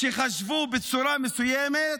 שחשבו בצורה מסוימת,